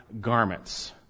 garments